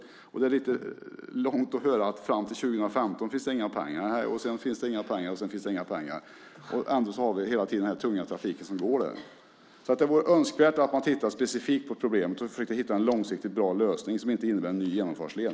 Det känns lite långt fram i tiden när statsrådet säger att det fram till 2015 inte finns några pengar. Nej, och sedan finns det inga pengar, och inte därefter heller. Samtidigt finns den tunga trafiken, och den fortsätter att rulla hela tiden. Det vore därför önskvärt att regeringen specifikt tittade på problemet och försökte hitta en långsiktigt bra lösning som inte innebär en ny genomfartsled.